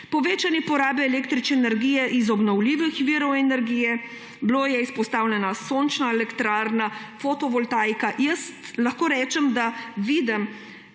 Povečanje porabe električne energije iz obnovljivih virov energije; bila je izpostavljena sončna elektrarna, fotovoltaika. Lahko rečem, da vidim